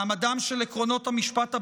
מעמדם של עקרונות המשפט הבין-לאומי,